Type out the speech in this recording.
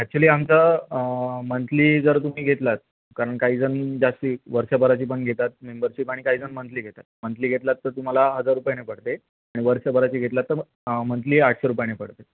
actually आमचा monthly जर तुम्ही घेतलात कारण काहीजण जास्ती वर्षभराची पण घेतात मेंबरशिप आणि काहीजण मंथली घेतात मंथली घेतलात तर तुम्हाला हजार रुपयाने पडते आणि वर्षभराची घेतलात तर मंथली आठशे रुपयाने पडते